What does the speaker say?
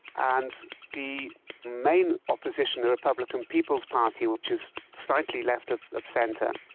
and the main opposition, the republican people's party, which is slightly left of of centre,